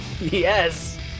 Yes